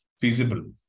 feasible